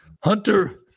Hunter